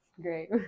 Great